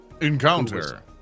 Encounter